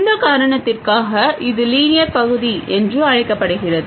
இந்த காரணத்திற்காக இது லீனியர் பகுதி என்று அழைக்கப்படுகிறது